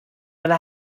yna